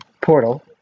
portal